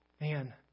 man